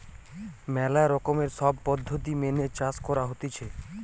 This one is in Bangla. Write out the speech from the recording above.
ম্যালা রকমের সব পদ্ধতি মেনে চাষ করা হতিছে